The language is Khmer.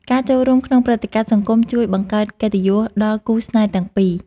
ការចូលរួមក្នុងព្រឹត្តិការណ៍សង្គមជួយបង្កើតកិត្តិយសដល់គូស្នេហ៍ទាំងពីរ។